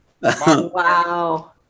Wow